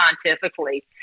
scientifically